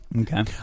Okay